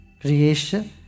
Creation